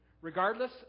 regardless